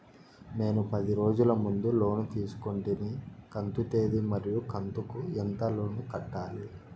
నేను పది రోజుల ముందు లోను తీసుకొంటిని కంతు తేది మరియు కంతు కు ఎంత లోను కట్టాలి?